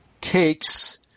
cakes